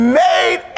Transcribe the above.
made